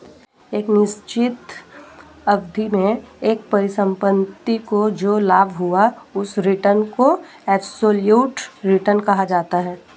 एक निश्चित अवधि में एक परिसंपत्ति को जो लाभ हुआ उस रिटर्न को एबसोल्यूट रिटर्न कहा जाता है